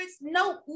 No